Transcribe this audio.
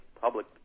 public